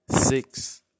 Six